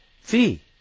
fee